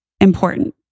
important